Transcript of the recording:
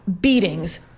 beatings